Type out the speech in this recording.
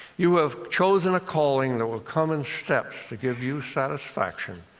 you have chosen a calling that will come in steps to give you satisfaction,